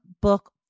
book